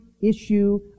issue